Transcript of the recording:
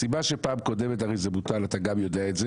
הסיבה שבפעם קודמת זה בוטל והרי אתה גם יודע את זה